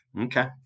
Okay